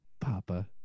Papa